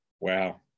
Wow